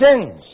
sins